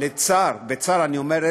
בצער אני אומר,